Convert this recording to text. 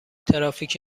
ترافیک